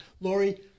Lori